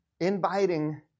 inviting